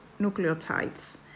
nucleotides